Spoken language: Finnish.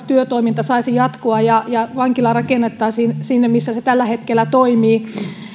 työtoiminta saisi jatkua ja ja vankila rakennettaisiin sinne missä se tällä hetkellä toimii